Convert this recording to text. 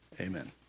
Amen